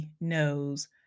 Knows